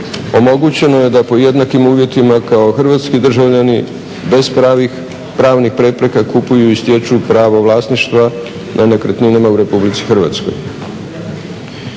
omogućeno je da pod jednakim uvjetima kao hrvatski državljani bez pravnih prepreka kupuju i stječu pravo vlasništva na nekretninama u RH.